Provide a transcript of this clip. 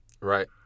Right